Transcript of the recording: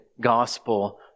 Gospel